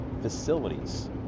facilities